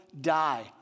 die